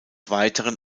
weiteren